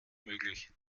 möglich